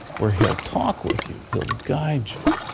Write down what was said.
where he'll talk with you, he'll guide you.